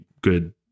good